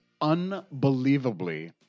Unbelievably